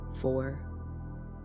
four